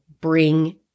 bring